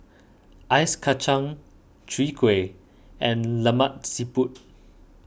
Ice Kacang Chwee Kueh and Lemak Siput